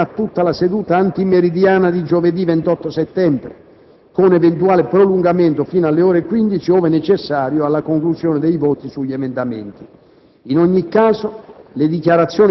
Le votazioni potranno proseguire fino a tutta la seduta antimeridiana di giovedì 28 settembre, con eventuale prolungamento fino alle ore 15, ove necessario alla conclusione dei voti sugli emendamenti.